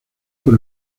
por